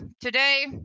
today